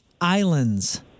islands